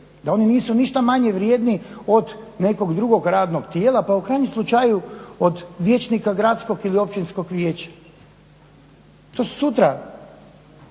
da oni nisu ništa manje vrijedni od nekog drugog radnog tijela pa u krajnjem slučaju od vijećnika Gradskog ili Općinskog vijeća. To su